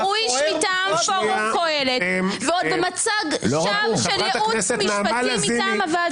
הוא איש מטעם פורום קהלת ועוד במצג שווא של ייעוץ משפטי מטעם הוועדה.